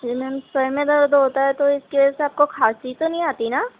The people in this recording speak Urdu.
جی میم سر میں درد ہوتا ہے تو اس کے وجہ سے آپ کو کھانسی تو نہیں آتی نا